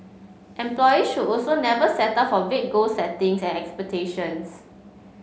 employees should also never settle for vague goal settings and expectations